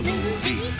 Movie